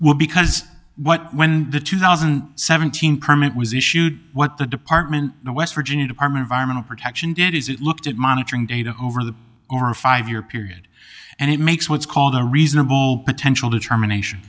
will because what when the two thousand and seventeen permit was issued what the department the west virginia department of arnold protection did is it looked at monitoring data over the or a five year period and it makes what's called a reasonable potential determination